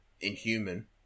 Inhuman